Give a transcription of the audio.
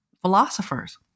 philosophers